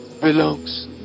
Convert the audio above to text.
belongs